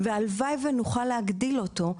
והלוואי ונוכל להגדיל אותו,